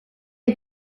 est